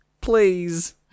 Please